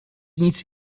nic